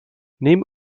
neem